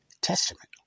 Testament